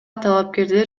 талапкерлер